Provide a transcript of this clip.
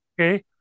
Okay